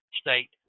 state